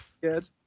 Good